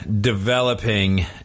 developing